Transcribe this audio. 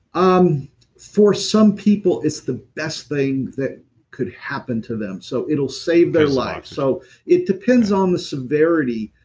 um for some people it's the best thing that could happen to them. so it will save their lives. so it depends on the severity,